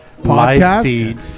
podcast